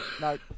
No